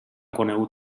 conegut